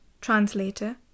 translator